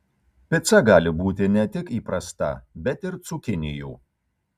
pica gali būti ne tik įprasta bet ir cukinijų